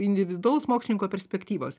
individualaus mokslininko perspektyvos